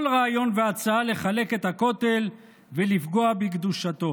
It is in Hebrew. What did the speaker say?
רעיון והצעה לחלק את הכותל ולפגוע בקדושתו.